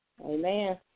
Amen